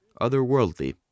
otherworldly